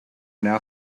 now